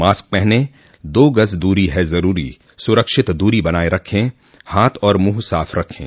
mask पहनें दो गज़ दूरी है ज़रूरी सुरक्षित दूरी बनाए रखें हाथ और मुंह साफ़ रखें